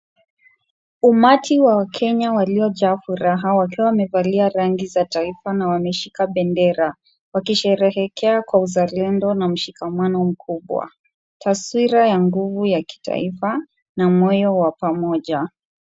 Umati wa wakenya waliojaa furaha wakiwa wamevalia rangi za taifa na wameshika bendera wakisherehekea kwa uzalendo na mshikamano mkubwa. Taswira ya nguvu ya kitaifa ni mwio wa pamoja.